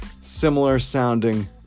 similar-sounding